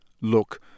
look